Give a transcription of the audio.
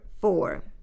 four